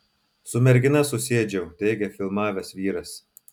su mergina susiėdžiau teigia filmavęs vyras